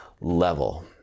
level